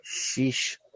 Sheesh